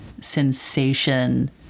sensation